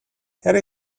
harry